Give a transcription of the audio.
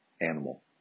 animal